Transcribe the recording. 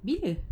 bila